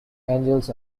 angles